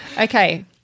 Okay